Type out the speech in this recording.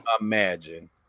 imagine